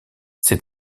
ces